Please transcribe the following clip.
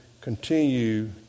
continue